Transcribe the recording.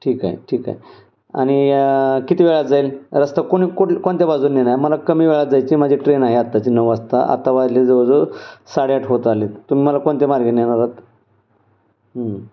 ठीक आहे ठीक आहे आणि किती वेळा जाईल रस्ता कोणी कुठं कोणत्या बाजूनं नेणार मला कमी वेळा जायची माझी ट्रेन आहे आत्ताची नऊ वाजता आत्ता वाजले जवळजवळ साडेआठ होत आलेत तुम्ही मला कोणत्या मार्गाने नेणार आहात